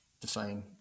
define